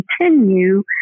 continue